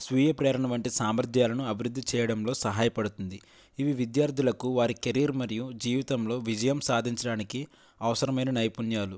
స్వీయ ప్రేరణ వంటి సామర్ధ్యాలను అభివృద్ధి చేయడంలో సహాయపడుతుంది ఇవి విద్యార్థులకు వారి కెరీర్ మరియు జీవితంలో విజయం సాధించడానికి అవసరమైన నైపుణ్యాలు